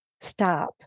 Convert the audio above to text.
stop